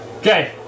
Okay